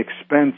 expense